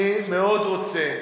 אני מאוד רוצה